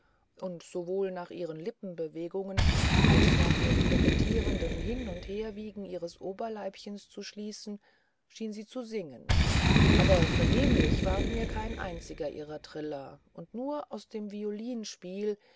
und sowohl nach ihren lippenbewegungen als nach dem kokettierenden hin und herwiegen ihres oberleibchens zu schließen schien sie zu singen aber vernehmlich ward mir kein einziger ihrer triller und nur aus dem